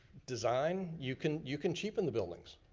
design, you can you can cheapen the buildings.